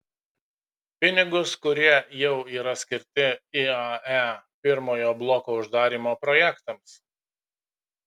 pinigus kurie jau yra skirti iae pirmojo bloko uždarymo projektams